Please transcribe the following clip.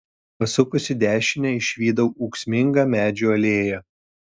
pasukus į dešinę išvydau ūksmingą medžių alėją